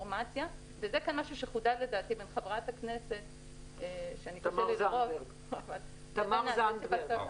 זה כאן משהו שחודד לדעתי על ידי חברת הכנסת --- תמר זנדברג.